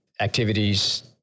activities